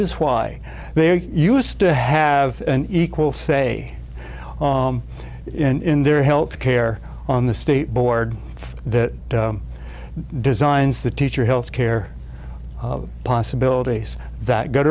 is why they used to have an equal say in their health care on the state board that designs the teacher healthcare possibilities that go